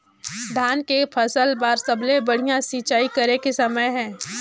धान के फसल बार सबले बढ़िया सिंचाई करे के समय हे?